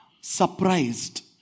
surprised